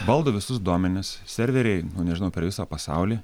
valdo visus duomenis serveriai nežinau per visą pasaulį